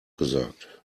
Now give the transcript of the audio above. gesagt